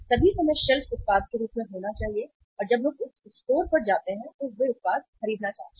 सभी समय शेल्फ उत्पाद के रूप में होना चाहिए और जब लोग उस स्टोर पर जाते हैं तो वे उत्पाद खरीदना चाहते हैं